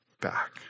back